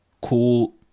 cool